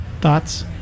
Thoughts